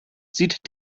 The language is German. sieht